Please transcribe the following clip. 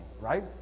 right